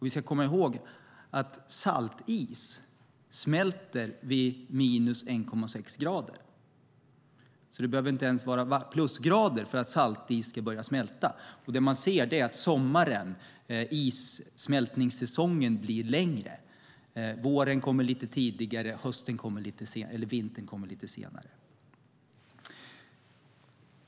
Vi ska komma ihåg att salt is smälter vid minus 1,6 grader. Det behöver inte ens vara plusgrader för att saltis ska börja smälta. Det man ser är att sommaren, issmältningssäsongen, blir längre. Våren kommer lite tidigare, och vintern kommer lite senare.